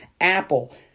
Apple